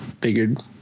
figured